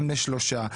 אם לשלושה ילדים,